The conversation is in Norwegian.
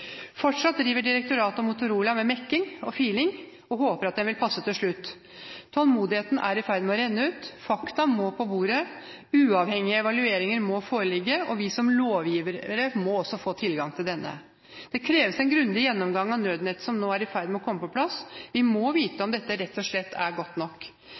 Fortsatt driver direktoratet og Motorola med mekking og filing, og håper at de vil passe til slutt. Tålmodigheten er i ferd med å renne ut. Fakta må på bordet, uavhengige evalueringer må foreligge, og vi som lovgivere må også få tilgang til disse. Det kreves en grundig gjennomgang av nødnettet som nå er i ferd med å komme på plass. Vi må vite om dette rett og slett er godt nok.